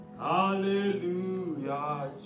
Hallelujah